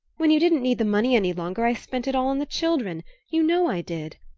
when you didn't need the money any longer i spent it all on the children you know i did.